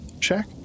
check